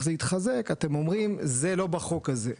זה יתחזק אתם אומרים זה לא בחוק הזה.